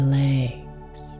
legs